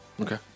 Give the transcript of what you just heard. okay